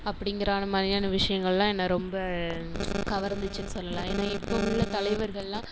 அப்படிங்கிற மாதிரியான விஷயங்கள்லாம் என்ன ரொம்ப கவர்ந்துச்சின்னு சொல்லலாம் ஏன்னா இப்போ உள்ள தலைவர்கள்லாம்